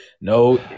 No